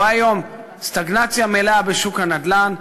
רואה היום סטגנציה מלאה בשוק הנדל"ן,